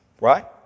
right